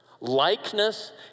likeness